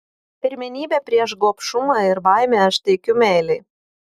pirmenybę prieš gobšumą ir baimę aš teikiu meilei